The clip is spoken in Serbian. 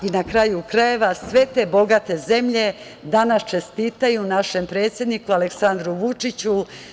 Na kraju krajeva sve te bogate zemlje danas čestitaju našem predsedniku Aleksandru Vučiću.